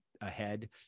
ahead